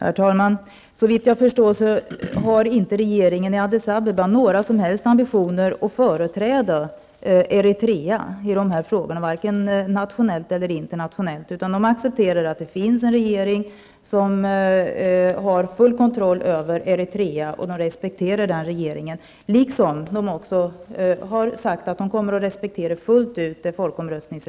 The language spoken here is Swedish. Herr talman! Såvitt jag förstår har inte regeringen i Addis Abeba några som helst ambitioner att företräda Eritrea i dessa frågor, varken nationellt eller internationellt. Regeringen i Addis Abeba accepterar att det finns en regering som har full kontroll över Eritrea och den respekterar den regeringen. Regeringen i Addis Abeba har också sagt att man fullt ut kommer att respektera resultatet av folkomröstningen.